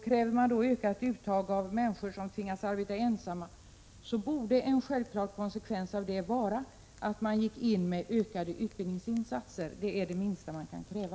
Kräver man ökat uttag av människor som tvingas arbeta ensamma, borde en självklar konsekvens av det vara att man gick in med ökade utbildningsinsatser. Det är det minsta man kan kräva.